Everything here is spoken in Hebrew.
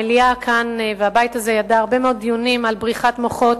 המליאה והבית הזה ידעו הרבה מאוד דיונים על בריחת מוחות,